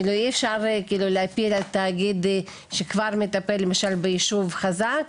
אי אפשר להפיל על תאגיד שכבר מטפל ביישוב חזק,